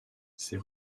ces